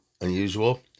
unusual